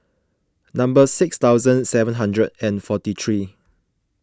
number six thousand seven hundred and forty three